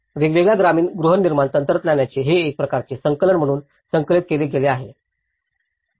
वेगवेगळ्या ग्रामीण गृहनिर्माण तंत्रज्ञानाचे हे एक प्रकारचे संकलन म्हणून संकलित केले गेले आहे